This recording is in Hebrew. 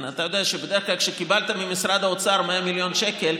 אתה יודע שבדרך כלל כשקיבלת ממשרד האוצר 100 מיליון שקל,